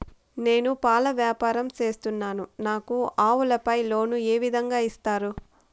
నేను పాల వ్యాపారం సేస్తున్నాను, నాకు ఆవులపై లోను ఏ విధంగా ఇస్తారు